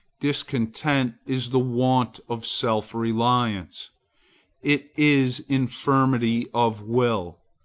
discontent is the want of self-reliance it is infirmity of will.